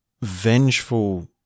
vengeful